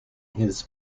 his